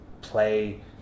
play